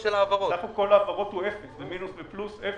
סך כל ההעברות הוא 0, במינוס ופלוס 0,